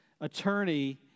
attorney